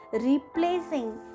replacing